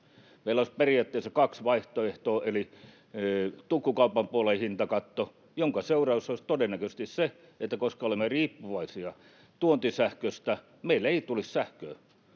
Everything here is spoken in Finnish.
Meillä olisi periaatteessa kaksi vaihtoehtoa: Tukkukaupan puolen hintakatto, jonka seuraus olisi todennäköisesti se, että koska olemme riippuvaisia tuontisähköstä, meille ei tulisi sähköä,